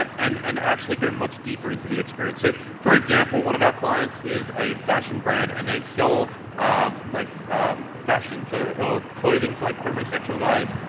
and and actually go much deeper into the experience. so for example, one of our clients is a fashion brand and they sell like fashion to or clothing to like homosexual guys,